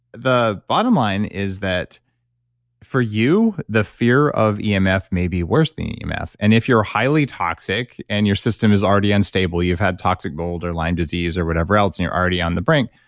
the bottom line is that for you, the fear of yeah um emf may be worse the emf and if you're highly toxic and your system is already unstable, you've had toxic mold or lyme disease or whatever else and you're already on the brink,